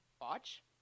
Watch